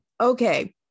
Okay